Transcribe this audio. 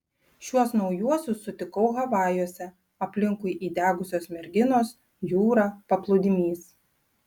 šiuos naujuosius sutikau havajuose aplinkui įdegusios merginos jūra paplūdimys